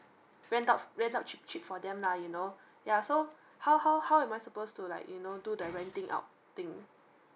rent out rent out cheap cheap for them lah you know yeah so how how how am I supposed to like you know do the renting out thing